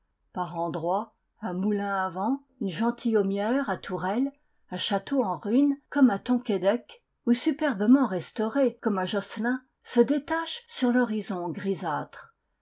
par endroits un moulin à vent une gentilhommière à tourelles un château en ruines comme à tonquédec ou superbement restauré comme à josselin se détache sur l'horizon grisâtre